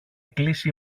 κλείσει